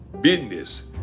business